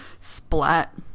Splat